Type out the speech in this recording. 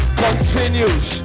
continues